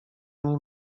nim